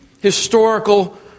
historical